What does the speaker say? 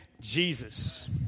Jesus